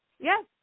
Yes